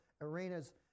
arenas